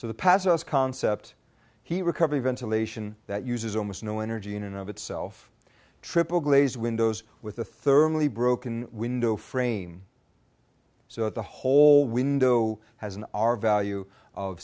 so the past us concept here recovery ventilation that uses almost no energy in and of itself triple glazed windows with a thermally broken window frame so the whole window has an r value of